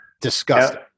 disgusting